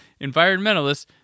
environmentalists